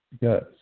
Yes